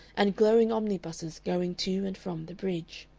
and glowing omnibuses going to and from the bridge.